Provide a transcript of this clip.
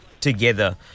together